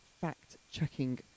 fact-checking